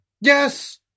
Yes